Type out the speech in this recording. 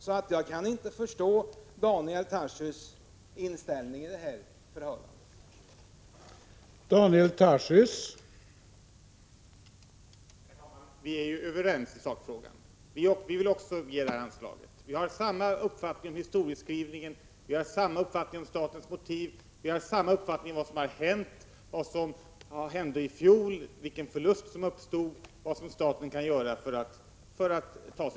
Så jag kan inte förstå Daniel Tarschys inställning i det här ärendet.